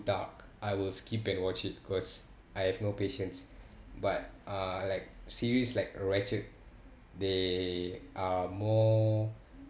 dark I will skip and watch it because I have no patience but uh like series like ratched they are more